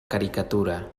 caricatura